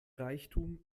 reichtum